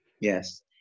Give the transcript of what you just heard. Yes